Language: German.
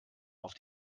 auf